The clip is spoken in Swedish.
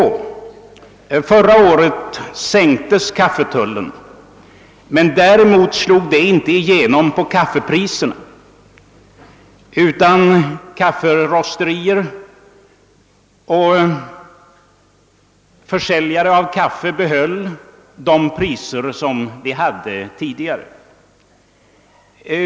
Förra året sänktes skattetullen men sänkningen slog inte igenom på kaffepriserna, utan kafferosterier och försäljare av kaffe bibehöll de tidigare priserna.